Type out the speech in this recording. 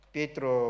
Pietro